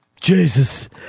Jesus